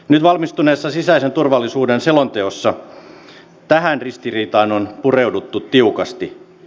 nyt valmistuneessa sisäisen turvallisuuden selonteossa tähän ristiriitaan on pureuduttu tiukasti